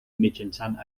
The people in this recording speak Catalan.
mitjançant